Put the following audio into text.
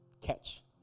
Catch